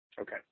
Okay